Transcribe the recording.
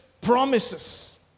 promises